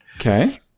Okay